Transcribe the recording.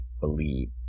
believe